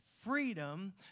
freedom